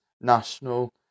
national